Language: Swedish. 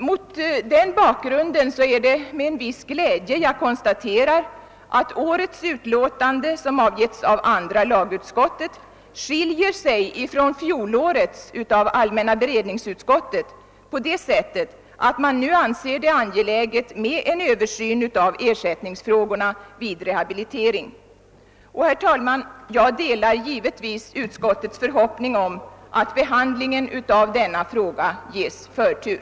Mot den bakgrunden är det med viss glädje man konstaterar att årets utlåtande, som avgetts av andra lagutskottet, skiljer sig från fjolårets utlåtande från allmänna beredningsutskottet på det sättet att andra lagutskottet anser det angeläget med en översyn av ersättningsfrågorna vid rehabilitering. Herr talman! Jag delar givetvis utskottets förhoppning om att behandlingen av denna fråga skall ges förtur.